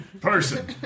Person